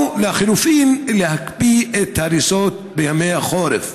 ולחלופין, להקפיא את ההריסות בימי החורף,